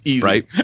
right